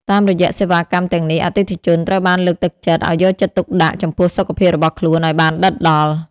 តាមរយៈសេវាកម្មទាំងនេះ អតិថិជនត្រូវបានលើកទឹកចិត្តឲ្យយកចិត្តទុកដាក់ចំពោះសុខភាពរបស់ខ្លួនឱ្យបានដិតដល់។